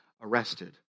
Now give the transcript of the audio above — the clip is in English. arrested